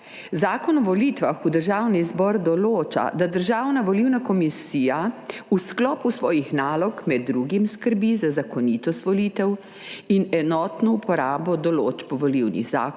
Zakon o volitvah v Državni zbor določa, da Državna volilna komisija v sklopu svojih nalog med drugim skrbi za zakonitost volitev in enotno uporabo določb volilnih zakonov,